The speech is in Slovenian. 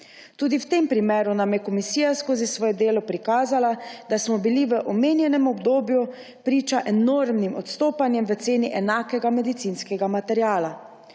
Tudi v tem primeru nam je komisija skozi svoje delo prikazala, da smo bili v omenjenem obdobju priča enormnim odstopanjem v ceni enakega medicinskega materiala.